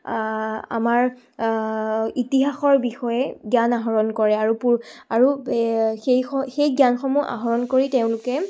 আমাৰ ইতিহাসৰ বিষয়ে জ্ঞান আহৰণ কৰে আৰু পূৰ আৰু সেই সেই জ্ঞানসমূহ আহৰণ কৰি তেওঁলোকে